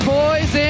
boys